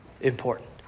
important